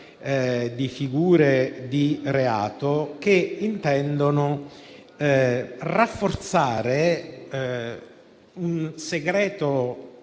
di fattispecie di reato che intendono rafforzare il segreto